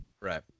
right